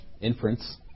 inference